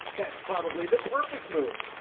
that's probably the perfect move.